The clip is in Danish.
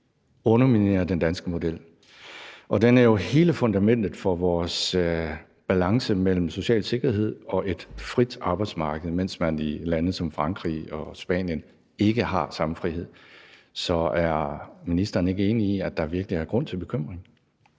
underminere den danske model. Og den er jo hele fundamentet for vores balance mellem social sikkerhed og et frit arbejdsmarked, mens man i lande som Frankrig og Spanien ikke har samme frihed. Så er ministeren ikke enig i, at der virkelig er grund til bekymring?